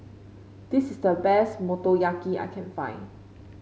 this is the best Motoyaki I can find